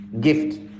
gift